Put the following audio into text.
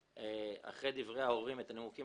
אחרי דברי ההורים, את הנימוקים